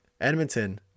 Edmonton